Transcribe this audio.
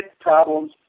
problems